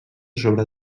sobre